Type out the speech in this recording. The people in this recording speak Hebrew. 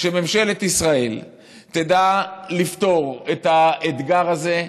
שממשלת ישראל תדע לפתור את האתגר הזה.